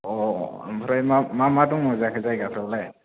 ओमफ्राय मा मा दङ जाखो जायगाफ्रावलाय